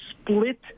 split